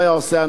לשמחתי,